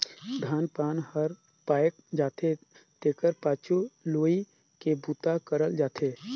धान पान हर पायक जाथे तेखर पाछू लुवई के बूता करल जाथे